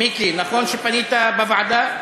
מיקי, נכון שפנית בוועדה?